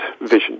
vision